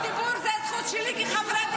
זכות הדיבור היא זכות שלי כחברת כנסת.